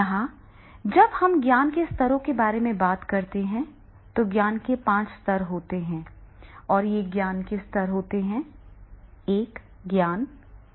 यहां जब हम ज्ञान के स्तरों के बारे में बात करते हैं तो ज्ञान के पांच स्तर होते हैं और ये ज्ञान के स्तर ज्ञान हैं